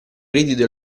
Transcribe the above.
credito